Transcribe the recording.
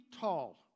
tall